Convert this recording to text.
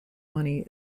money